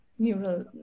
Neural